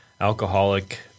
alcoholic